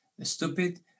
stupid